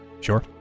Sure